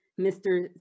Mr